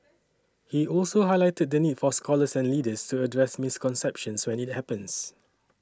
he also highlighted the need for scholars and leaders to address misconceptions when it happens